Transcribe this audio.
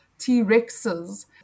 T-Rexes